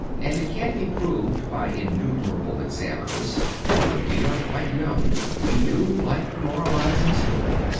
and it can be proved by innumerable examples that when we are quite young we do like the moralizing story.